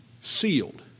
sealed